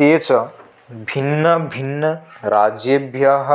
ते च भिन्नभिन्नराज्येभ्यः